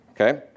Okay